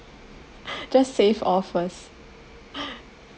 just save off first